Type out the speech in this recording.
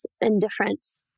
indifference